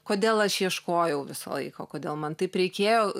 kodėl aš ieškojau visą laiką kodėl man taip reikėjo